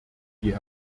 die